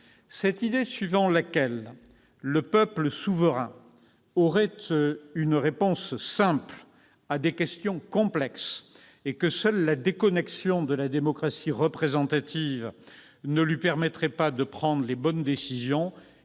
Cette idée selon laquelle le peuple souverain aurait une réponse simple à des questions complexes et que seule la déconnexion de la démocratie représentative ne lui permettrait pas de prendre les bonnes décisions